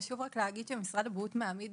חשוב רק להגיד שמשרד הבריאות מעמיד